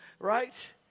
Right